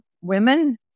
Women